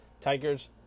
Tigers